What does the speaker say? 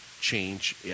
change